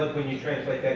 you translate